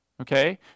Okay